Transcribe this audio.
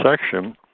section